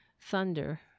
thunder